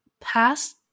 past